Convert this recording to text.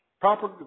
proper